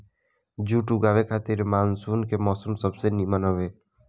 जुट उगावे खातिर मानसून के मौसम सबसे निमन हवे